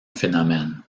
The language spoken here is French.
phénomène